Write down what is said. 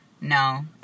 No